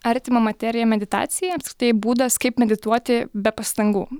artimą materiją meditacija tai būdas kaip medituoti be pastangų